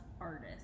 artist